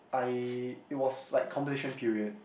I it was like competition period